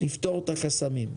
לפתור את החסמים.